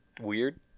weird